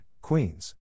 Queens